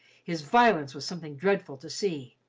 his violence was something dreadful to see,